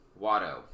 Watto